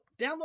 download